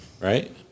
Right